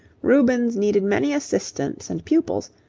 rubens needed many assistants and pupils,